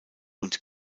und